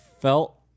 felt